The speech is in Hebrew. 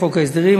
בחוק ההסדרים.